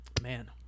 Man